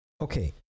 Okay